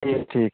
ठीक ठीक